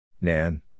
Nan